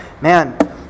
Man